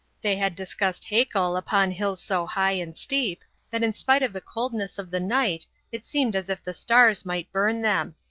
they had discussed haeckel upon hills so high and steep that in spite of the coldness of the night it seemed as if the stars might burn them.